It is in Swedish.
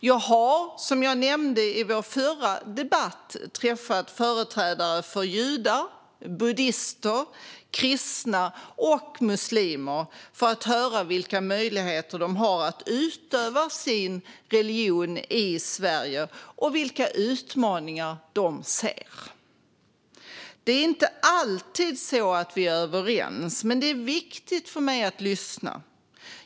Jag har, som jag nämnde i vår förra debatt, träffat företrädare för judar, buddister, kristna och muslimer för att höra vilka möjligheter de har att utöva sin religion i Sverige och vilka utmaningar som de ser. Det är inte alltid så att vi är överens, men det är viktigt för mig att lyssna.